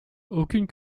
aucune